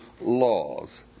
laws